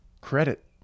credit